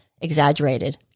exaggerated